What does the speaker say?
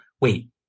wait